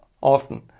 often